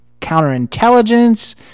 counterintelligence